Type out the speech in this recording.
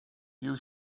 you